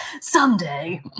Someday